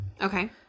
Okay